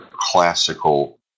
classical